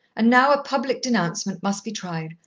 and now a public denouncement must be tried,